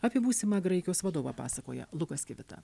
apie būsimą graikijos vadovą pasakoja lukas kvita